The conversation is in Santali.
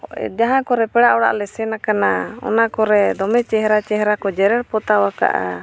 ᱡᱟᱦᱟᱸ ᱠᱚᱨᱮ ᱯᱮᱲᱟ ᱚᱲᱟᱜ ᱞᱮ ᱥᱮᱱ ᱟᱠᱟᱱᱟ ᱚᱱᱟ ᱠᱚᱨᱮ ᱫᱚᱢᱮ ᱪᱮᱦᱨᱟ ᱪᱮᱦᱨᱟ ᱠᱚ ᱡᱮᱨᱮᱲ ᱯᱚᱛᱟᱣ ᱟᱠᱟᱜᱼᱟ